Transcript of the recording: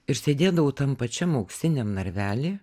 ir sėdėdavau tam pačiam auksiniam narvely